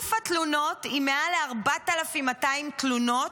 אלוף התלונות עם מעל 4,200 תלונות,